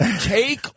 take